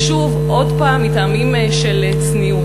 ושוב, עוד פעם, מטעמים של צניעות.